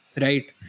Right